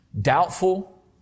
doubtful